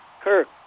kirk